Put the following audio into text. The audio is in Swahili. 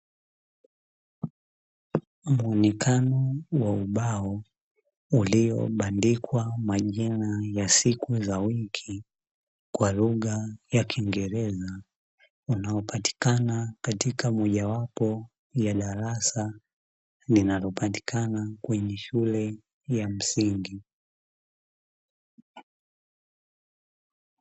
Muonekano wa ubao uliobandikwa majina ya siku za wiki, kwa lugha ya kingereza unaopatikana katika moja wapo ya darasa linalopatikana kwenye shule ya msingi.